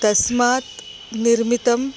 तस्मात् निर्मितं